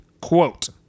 Quote